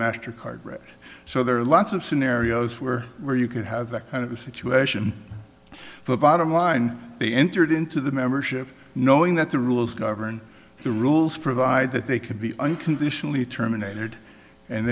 master card right so there are lots of scenarios where where you could have that kind of a situation the bottom line be entered into the membership knowing that the rules govern the rules provide that they can be unconditionally terminated and